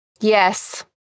Yes